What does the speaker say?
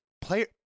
player